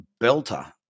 belter